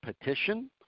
petition